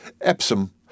Epsom